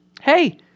hey